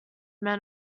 meant